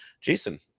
Jason